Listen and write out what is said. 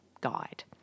guide